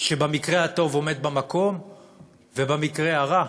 שבמקרה הטוב עומד במקום ובמקרה הרע,